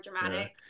dramatic